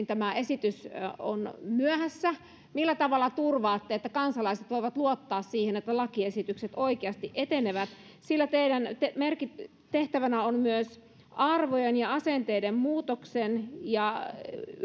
tämä esitys on myöhässä millä tavalla turvaatte että kansalaiset voivat luottaa siihen että lakiesitykset oikeasti etenevät sillä teidän tehtävänä on myös arvojen ja asenteiden muutoksen ja